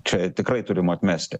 čia tikrai turim atmesti